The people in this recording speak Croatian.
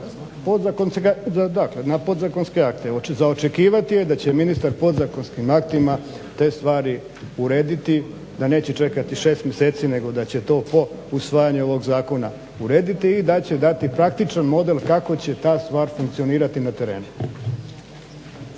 na podzakonske akte. Za očekivati je da će ministar podzakonskim aktima te stvari urediti, da neće čekati 6 mjeseci nego da će to po usvajanju ovog Zakona urediti i da će dati praktičan model kako će ta stvar funkcionirati na terenu.